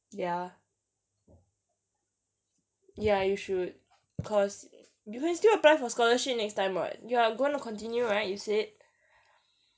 ya ya you should cause you can still apply for scholarship next time [what] you're gonna continue right you said